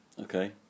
Okay